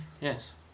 Yes